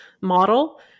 model